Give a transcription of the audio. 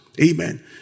Amen